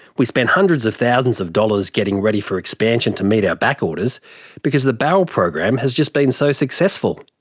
we spent hundreds of thousands of dollars getting ready for expansion to meet our back-orders because the barrel program has just been so successful.